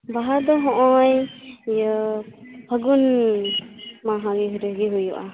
ᱵᱟᱦᱟᱸ ᱫᱚ ᱦᱚᱜᱼᱚᱭ ᱤᱭᱟᱹ ᱯᱷᱟᱹᱜᱩᱱ ᱢᱟᱦᱟ ᱨᱮᱜᱮ ᱦᱩᱭᱩᱜᱼᱟ